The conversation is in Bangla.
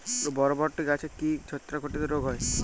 বরবটি গাছে কি ছত্রাক ঘটিত রোগ হয়?